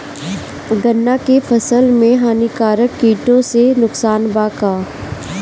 गन्ना के फसल मे हानिकारक किटो से नुकसान बा का?